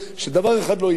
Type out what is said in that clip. הכול יהיה להם, חוץ מעבודה.